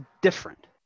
different